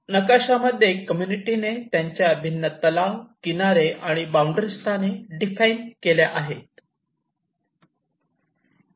नकाशामध्ये कम्युनिटीने त्यांच्या भिन्न तलाव किनारे आणि बाउंड्री स्थाने डिफाइन केल्या आहेत